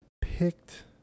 picked